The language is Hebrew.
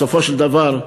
בסופו של דבר,